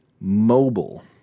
mobile